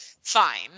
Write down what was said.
fine